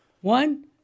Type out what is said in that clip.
One